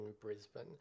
Brisbane